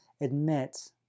admit